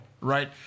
right